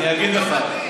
אני אגיד לך,